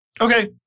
Okay